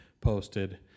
posted